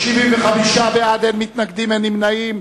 75 בעד, אין מתנגדים ואין נמנעים.